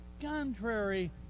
Contrary